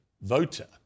voter